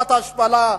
תחושת ההשפלה,